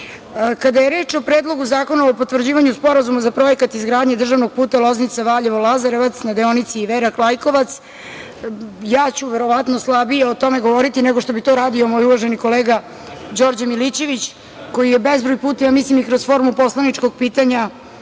je reč o Predlogu zakona o potvrđivanju Sporazuma za projekat izgradnje državnog puta Loznica - Valjevo - Lazarevac, na deonici Iverak - Lajkovac, ja ću verovatno slabije o tome govoriti nego što bi to uradio moj uvaženi kolega Đorđe Milićević, koji je bezbroj puta, ja mislim i kroz formu poslaničkog pitanja,